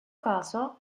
caso